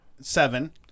seven